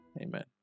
Amen